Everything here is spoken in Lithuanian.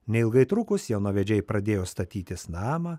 neilgai trukus jaunavedžiai pradėjo statytis namą